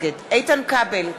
כבל,